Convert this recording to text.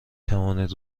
توانید